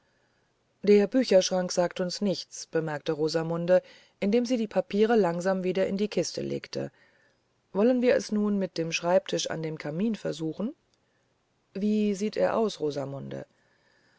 der bücherschrank sagt uns nichts bemerkte rosamunde indem sie die papiere langsam wieder in die kiste legte wollen wir es nun mit dem schreibetisch an dem kaminversuchen wiesiehteraus rosamunde erhatzubeidenseitenabwärtszweireihenvonschubfächernundderganzeobere